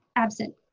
absent.